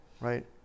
right